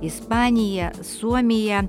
ispanija suomija